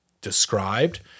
described